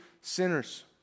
sinners